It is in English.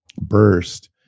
burst